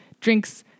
drinks